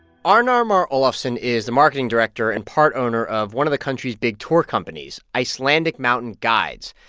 arnar mar olafsson is the marketing director and part owner of one of the country's big tour companies, icelandic mountain guides.